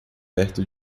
perto